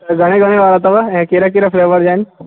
त घणे घणे वारा अथव ऐं कहिड़ा कहिड़ा फ़्लेवर जा आहिनि